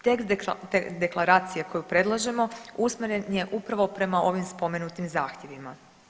Tekst deklaracije koju predlažemo usmjeren je upravo prema ovim spomenutim zahtjevima.